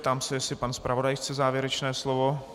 Ptám se, jestli pan zpravodaj chce závěrečné slovo.